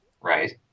Right